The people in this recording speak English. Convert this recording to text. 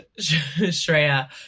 shreya